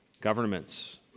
governments